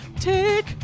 take